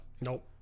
Nope